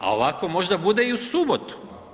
A ovako možda bude i u subotu.